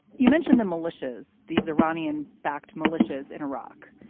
you mentioned the militias, these iranian backed militias in iraq.